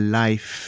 life